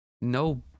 no